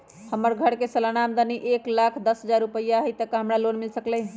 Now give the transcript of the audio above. हमर घर के सालाना आमदनी एक लाख दस हजार रुपैया हाई त का हमरा लोन मिल सकलई ह?